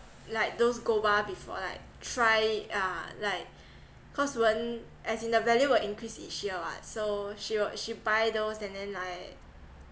like those gold bar before like try uh like cause one as in the value will increase each year [what] so she will she buy those and then like